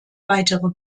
weitere